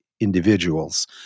individuals